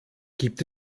gibt